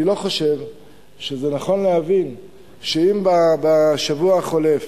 אני לא חושב שזה נכון להבין שאם בשבוע החולף